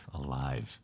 alive